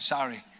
Sorry